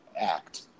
act